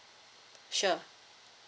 sure